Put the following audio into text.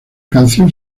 canción